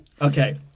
Okay